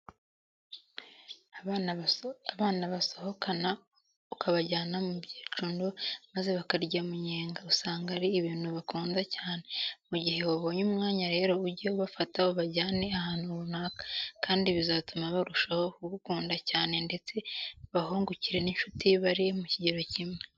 Abana kubasohokana ukabajyana mu byicungo maze bakarya umunyega, usanga ari ibintu bakunda cyane. Mu gihe wabonye umwanya rero ujye ubafata ubajyane ahantu runaka, kandi bizatuma barushaho kugukunda cyane ndetse bahungukire n'inshuti bari mu kigero kimwe.